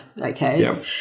Okay